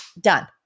Done